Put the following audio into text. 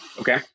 Okay